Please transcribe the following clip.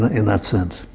in that sense.